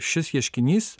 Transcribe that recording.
šis ieškinys